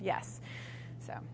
yes so